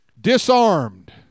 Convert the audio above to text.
disarmed